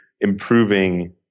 improving